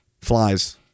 Flies